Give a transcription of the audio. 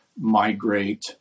migrate